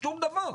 שום דבר.